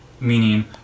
meaning